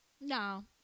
no